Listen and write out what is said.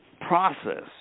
process